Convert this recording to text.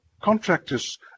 contractors